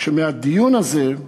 שמהדיון הזה,